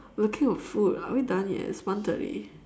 we're talking about food are we done yet it's one thirty